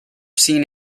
seen